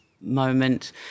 moment